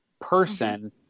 person